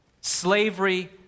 Slavery